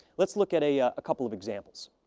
let's look at a couple of examples.